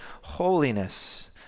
holiness